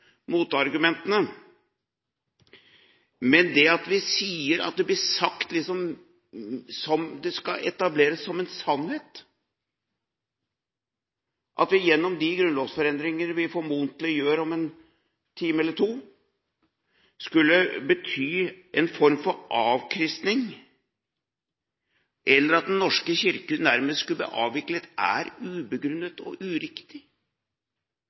Men at det vi sier – at det blir sagt som om det skal etableres som en sannhet – at vi gjennom de grunnlovsendringer vi formodentlig gjør om en time eller to, skulle bety en form for avkristning, eller at Den norske kirke nærmest skulle bli avviklet, er ubegrunnet og uriktig.